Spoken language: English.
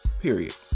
period